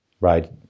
Right